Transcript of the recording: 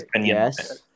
Yes